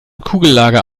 kugellager